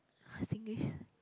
Singlish